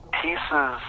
pieces